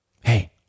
Hey